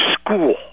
school